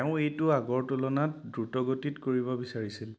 তেওঁ এইটো আগৰ তুলনাত দ্ৰুতগতিত কৰিব বিচাৰিছিল